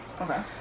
Okay